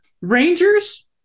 Rangers